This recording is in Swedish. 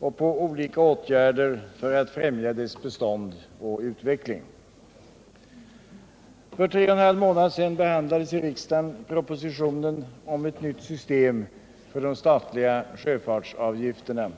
och på olika åtgärder för att främja dess bestånd och utveckling. För tre och en halv månad sedan behandlades i riksdagen propositionen om ett nytt system för de statliga sjöfartsavgifterna.